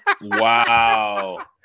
Wow